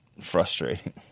frustrating